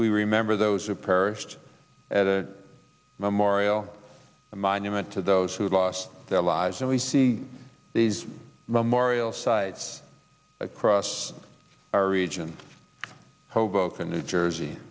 we remember those who perished at a memorial a monument to those who lost their lives and we see these memorial sites cross our region hoboken new jersey